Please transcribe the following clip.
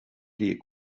cliath